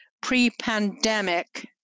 pre-pandemic